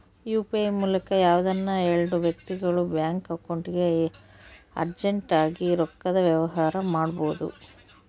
UPI ಮೂಲಕ ಯಾವ್ದನ ಎಲ್ಡು ವ್ಯಕ್ತಿಗುಳು ಬ್ಯಾಂಕ್ ಅಕೌಂಟ್ಗೆ ಅರ್ಜೆಂಟ್ ಆಗಿ ರೊಕ್ಕದ ವ್ಯವಹಾರ ಮಾಡ್ಬೋದು